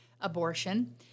abortion